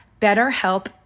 BetterHelp